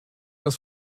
das